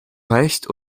recht